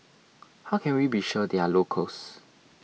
how can we be sure they are locals